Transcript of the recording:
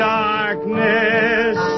darkness